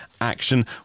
action